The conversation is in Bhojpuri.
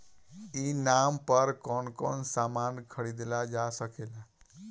ई नाम पर कौन कौन समान खरीदल जा सकेला?